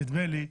נדמה לי,